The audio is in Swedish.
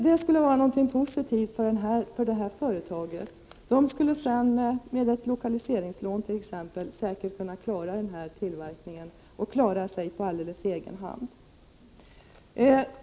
Det skulle vara positivt för företaget, som genom ett lokaliseringslån säkert skulle klara tillverkningen och sedan klara sig på alldeles egen hand.